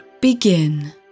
Begin